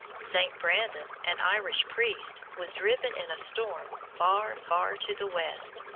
st. brandon, an irish priest, was driven in a storm far, far to the west,